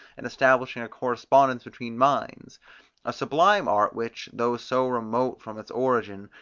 and establishing a correspondence between minds a sublime art which, though so remote from its origin,